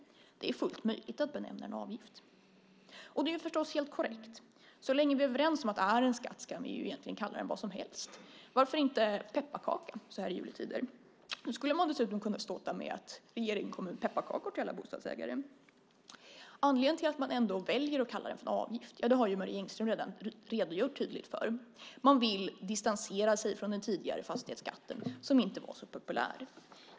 Det är fullt möjligt att benämna den avgift. Och det är förstås helt korrekt. Så länge vi är överens om att det är en skatt kan vi ju egentligen kalla den vad som helst. Varför inte pepparkaka, så här i juletider? Då skulle regeringen dessutom kunna ståta med att den nu kommer med pepparkakor till alla bostadsägare! Anledningen till att man ändå väljer att kalla skatten för avgift har Marie Engström redan redogjort tydligt för. Man vill distansera sig från den tidigare fastighetsskatten, som inte var så populär.